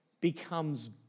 becomes